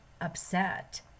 upset